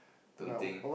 don't think